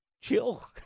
Chill